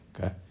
Okay